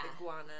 Iguana